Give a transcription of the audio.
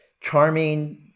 charming